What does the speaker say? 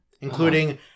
including